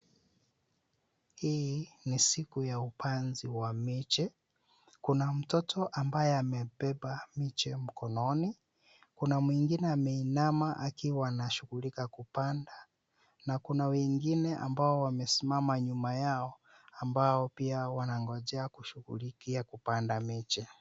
Hii ni siku ya upanzi wa miche. Kuna mtoto ambaye amebeba miche mkononi. Kuna mwingine ameinama akiwa anashughulika kupanda na kuna wengine ambao wamesimama nyuma yao, ambao pia wanangojea kushughulikia kupanda miche.